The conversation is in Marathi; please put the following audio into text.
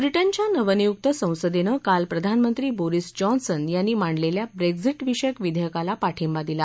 व्रितिच्या नवनियुक संसदेनं काल प्रधानमंत्री बोरिस जॉन्सन यांनी मांडलेल्या ब्रेक्झाच्विषयक विधेयकाला पाठिंबा दिला